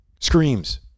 screams